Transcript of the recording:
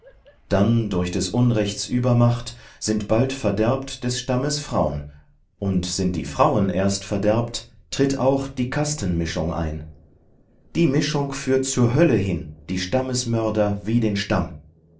dann durch des unrechts übermacht sind bald verderbt des stammes frau'n und sind die frauen erst verderbt tritt auch die kastenmischung ein die mischung führt zur hölle hin die stammesmörder wie den stamm